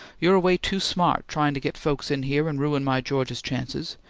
you're away too smart, trying to get folks in here, and ruin my george's chances.